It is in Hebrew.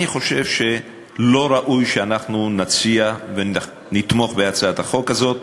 אני חושב שלא ראוי שאנחנו נתמוך בהצעת החוק הזאת.